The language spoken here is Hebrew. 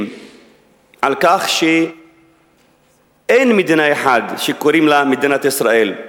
על כך שאין מדינה אחת שקוראים לה מדינת ישראל,